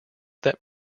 that